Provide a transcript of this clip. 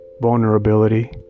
vulnerability